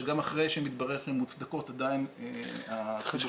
שגם אחרי שמתברר שהן מוצדקות עדיין הדברים לא מקבלים מענה.